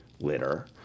litter